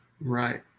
right